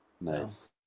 Nice